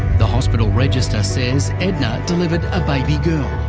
the hospital register says edna delivered a baby girl.